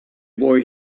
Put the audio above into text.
boy